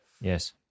yes